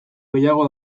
gehiago